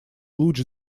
луч